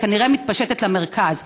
היא כנראה מתפשטת למרכז.